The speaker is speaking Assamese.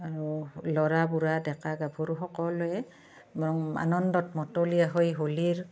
আৰু ল'ৰা বুঢ়া ডেকা গাভৰু সকলোৱে ৰং আনন্দত মতলীয়া হৈ হোলীৰ